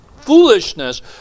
foolishness